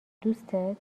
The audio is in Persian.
دوستت